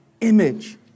image